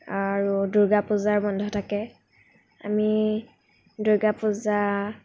আৰু দুৰ্গা পূজাৰ বন্ধ থাকে আমি দুৰ্গা পূজা